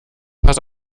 pass